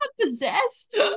possessed